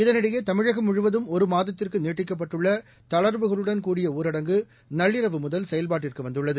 இதனிடையே தமிழகம் முழுவதும் ஒரு மாதத்திற்கு நீட்டிக்கப்பட்டுள்ள தளர்வுகளுடன் கூடிய ஊரடங்கு நள்ளிரவு முதல் செயல்பாட்டுக்கு வந்துள்ளது